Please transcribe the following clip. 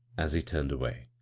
as he turned away.